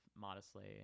modestly